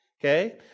okay